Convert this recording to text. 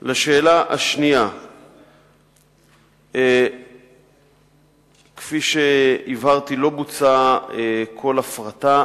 2. כפי שהבהרתי, לא בוצעה כל הפרטה.